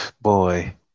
boy